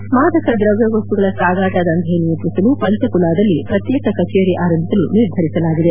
head ಮಾದಕ ದ್ರವ್ಯ ವಸ್ತುಗಳ ಸಾಗಾಟ ದಂಧೆ ನಿಯಂತ್ರಿಸಲು ಪಂಚಕುಲಾದಲ್ಲಿ ಪ್ರತ್ತೇಕ ಕಚೇರಿ ಆರಂಭಿಸಲು ನಿರ್ಧರಿಸಲಾಗಿದೆ